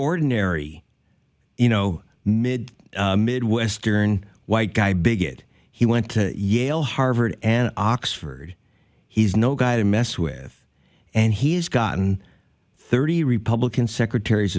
ordinary you know mid midwestern white guy bigot he went to yale harvard and oxford he's no guy to mess with and he's gotten thirty republican secretaries